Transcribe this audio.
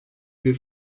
bir